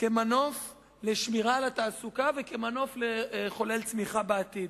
לשמירה על התעסוקה וכמנוף לחולל צמיחה בעתיד.